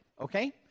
Okay